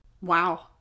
Wow